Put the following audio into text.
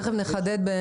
תכף נחדד את